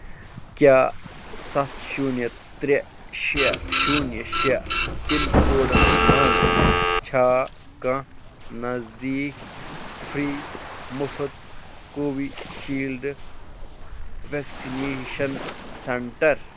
کیٛاہ سَتھ شوٗنہِ ترٛےٚ شےٚ شوٗنہِ شےٚ پِن کوڈس مَنٛز چھا کانٛہہ نزدیٖک فرٛی مُفٕط کووِشیٖلڈ وٮ۪کسِنیشن سینٹر